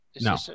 No